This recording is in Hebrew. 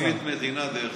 גם פרקליט מדינה, דרך